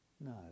No